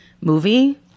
movie